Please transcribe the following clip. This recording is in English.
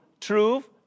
truth